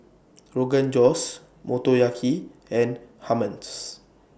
Rogan Josh Motoyaki and Hummus